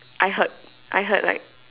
I head I heard like